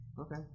okay